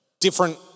different